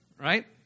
Right